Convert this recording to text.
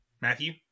Matthew